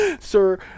Sir